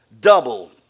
double